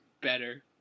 better